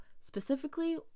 specifically